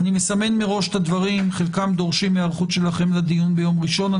אני מסמן מראש את הדברים חלקם דורשים היערכות שלכם לדיון ביום ראשון.